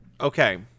Okay